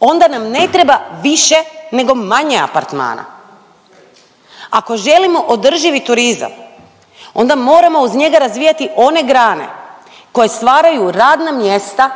onda nam ne treba više nego manje apartmana. Ako želimo održivi turizam onda moramo uz njega razvijati one grane koje stvaraju radna mjesta